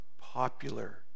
popular